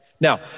Now